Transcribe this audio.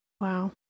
Wow